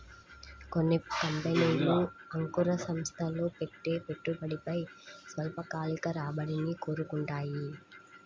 కొన్ని కంపెనీలు అంకుర సంస్థల్లో పెట్టే పెట్టుబడిపై స్వల్పకాలిక రాబడిని కోరుకుంటాయి